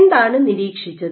എന്താണ് നിരീക്ഷിച്ചത്